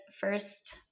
first